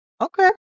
Okay